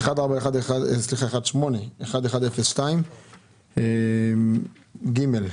תכנית 18-11-02, (ג),